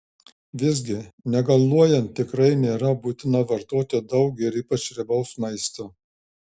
visgi negaluojant tikrai nėra būtina vartoti daug ir ypač riebaus maisto